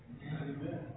Amen